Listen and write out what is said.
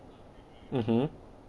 mmhmm